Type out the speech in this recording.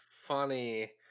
funny